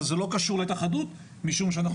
אבל זה לא קשור להתאחדות משום שאנחנו